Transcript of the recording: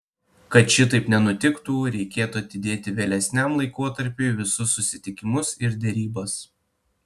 kad šitaip nenutiktų reikėtų atidėti vėlesniam laikotarpiui visus susitikimus ir derybas